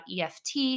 EFT